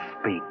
speak